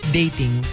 dating